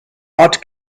ort